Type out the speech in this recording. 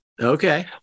Okay